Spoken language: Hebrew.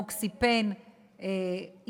"מוקסיפן",